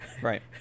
Right